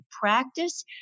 practice